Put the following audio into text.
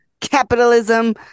capitalism